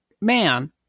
man